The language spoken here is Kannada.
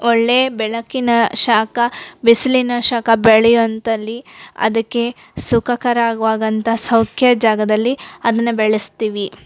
ಒಳ್ಳೆಯ ಬೆಳಕಿನ ಶಾಖ ಬಿಸಿಲಿನ ಶಾಖ ಬೆಳೆಯಂತಲ್ಲಿ ಅದಕ್ಕೆ ಸುಖಕರವಾಗಂಥ ಸೌಖ್ಯ ಜಾಗದಲ್ಲಿ ಅದನ್ನು ಬೆಳೆಸ್ತೀವಿ